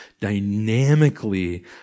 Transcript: dynamically